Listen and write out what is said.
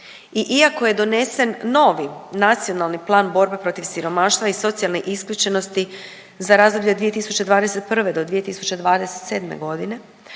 iako je donesen novi Nacionalni plan borbe protiv siromaštva i socijalne isključenosti za razdoblje od 2021. do 2027.g. i